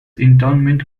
internment